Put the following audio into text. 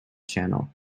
channel